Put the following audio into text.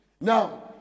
Now